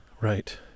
Right